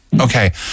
Okay